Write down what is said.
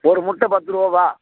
ஒரு முட்டை பத்துருபாப்பா